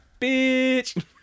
bitch